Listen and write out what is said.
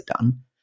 done